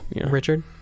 Richard